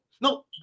No